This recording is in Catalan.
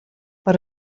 per